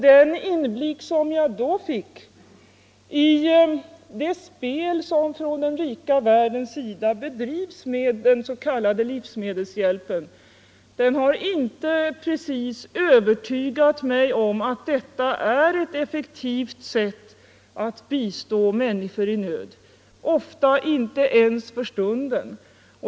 Den inblick som jag då fick i det spel som i den rika världen bedrivs med den s.k. livsmedelshjälpen har inte övertygat mig om att detta är ett effektivt sätt att bistå människor i nöd, ofta inte ens för stunden.